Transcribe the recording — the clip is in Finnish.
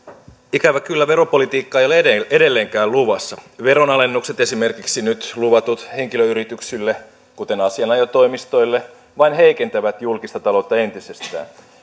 ikävä kyllä veropolitiikkaa ei ole edelleenkään luvassa veronalennukset esimerkiksi nyt luvatut henkilöyrityksille kuten asianajotoimistoille vain heikentävät julkista taloutta entisestään